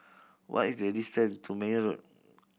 what is the distance to Meyer Road